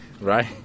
right